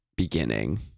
beginning